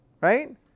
right